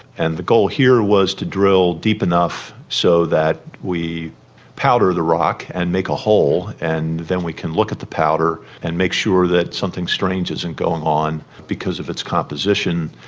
and the goal here was to drill deep enough so that we powder the rock and make a hole and then we can look at the powder and make sure that something strange isn't going on because of its composition,